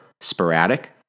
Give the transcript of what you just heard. sporadic